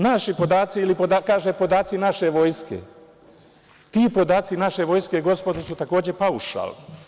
Naši podaci, ili da kažem podaci naše vojske, ti podaci naše vojske gospodo su takođe paušal.